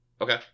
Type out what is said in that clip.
Okay